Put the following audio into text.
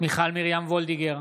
מיכל מרים וולדיגר,